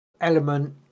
element